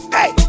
Hey